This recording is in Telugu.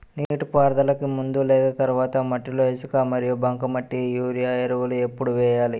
నీటిపారుదలకి ముందు లేదా తర్వాత మట్టిలో ఇసుక మరియు బంకమట్టి యూరియా ఎరువులు ఎప్పుడు వేయాలి?